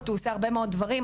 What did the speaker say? הוא עושה הרבה מאוד דברים,